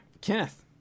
Kenneth